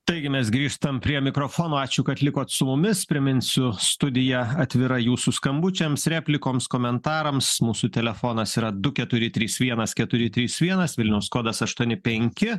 taigi mes grįžtam prie mikrofono ačiū kad likot su mumis priminsiu studija atvira jūsų skambučiams replikoms komentarams mūsų telefonas yra du keturi trys vienas keturi trys vienas vilniaus kodas aštuoni penki